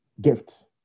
gift